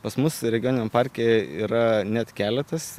pas mus regioniniam parke yra net keletas